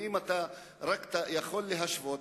ואם אתה רק יכול להשוות,